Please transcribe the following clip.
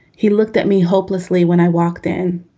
he looked at me hopelessly when i walked in.